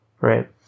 Right